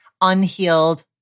unhealed